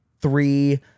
three